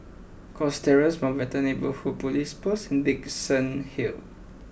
Cox Terrace Mountbatten Neighbourhood Police Post and Dickenson Hill